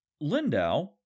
Lindau